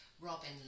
Robin